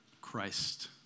Christ